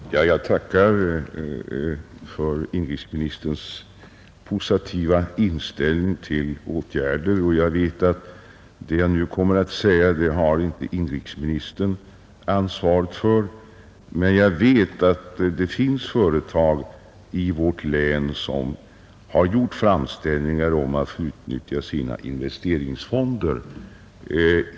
Herr talman! Jag tackar för inrikesministerns positiva inställning till kommande åtgärder. Det jag nu kommer att beröra har inte inrikesministern ansvaret för, men jag vet att det finns företag i vårt län som har gjort framställningar om att få utnyttja sina investeringsfonder.